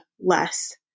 less